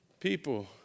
People